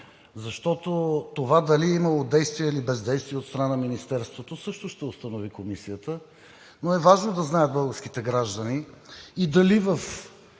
защото това, дали е имало действие или бездействие от страна на Министерството също, ще установи Комисията. Но е важно да знаят българските граждани и дали в